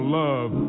love